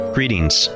Greetings